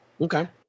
Okay